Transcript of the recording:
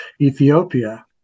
Ethiopia